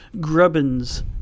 Grubbin's